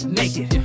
naked